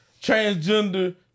transgender